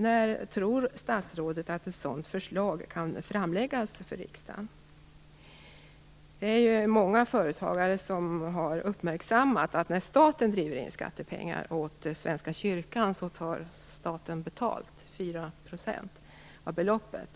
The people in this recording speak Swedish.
När tror statsrådet att ett sådant förslag kan framläggas för riksdagen? Många företagare har uppmärksammat att staten tar betalt - 4 % av beloppet - när staten driver in skattepengar åt svenska kyrkan. Detta är